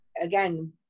again